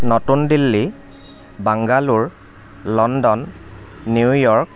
নতুন Delhi Bangalore London New York